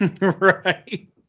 right